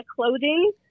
clothing